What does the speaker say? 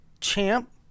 champ